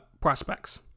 prospects